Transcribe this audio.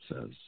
says